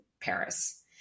Paris